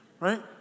right